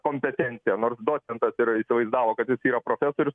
kompetencija nors docentas ir įsivaizdavo kad jis yra profesorius